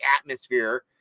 atmosphere